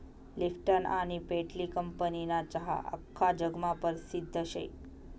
Lipton आनी पेटली कंपनीना चहा आख्खा जगमा परसिद्ध शे